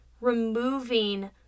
removing